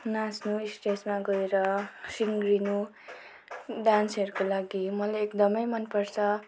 नाच्नु स्टेजमा गएर सिँगारिनु डान्सहरूको लागि मलाई एकदमै मनपर्छ